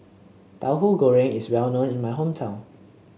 Tauhu Goreng is well known in my hometown